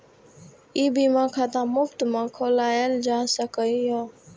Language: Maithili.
ई बीमा खाता मुफ्त मे खोलाएल जा सकैए